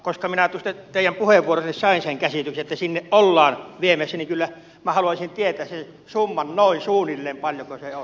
koska minä tuosta teidän puheenvuorostanne sain sen käsityksen että sinne ollaan viemässä niin kyllä minä haluaisin tietää sen summan noin suunnilleen paljonko se on